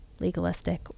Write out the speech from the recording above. legalistic